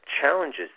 challenges